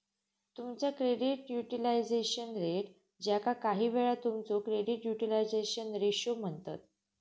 तुमचा credit utilisation rate, ज्याका काहीवेळा तुमचो क्रेडिट युटिलायझेशन रेशो म्हणतत